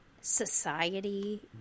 society